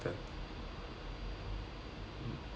mm